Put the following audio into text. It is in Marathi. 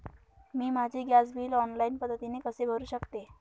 मी माझे गॅस बिल ऑनलाईन पद्धतीने कसे भरु शकते?